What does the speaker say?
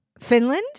Finland